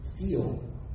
feel